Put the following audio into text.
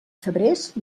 febrers